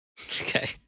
Okay